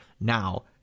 now